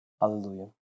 Hallelujah